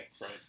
Right